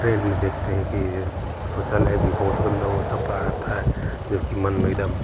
train में देखते हैं कि शौचालय भी बहुत गंदा उन्दा पड़ा रहता है देख के मन एकदम